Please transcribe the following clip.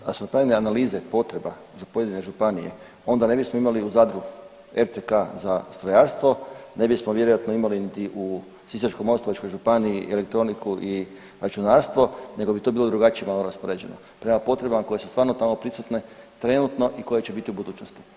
Da su napravljene analize potreba za pojedine županije onda ne bismo imali u Zadru RCK za strojarstvo ne bismo vjerojatno imali niti u Sisačko-moslavačkoj županiji elektroniku i računarstvo nego bi to bilo drugačije malo raspoređeno, prema potrebama koje su stvarno tamo prisutne trenutno i koje će biti u budućnosti.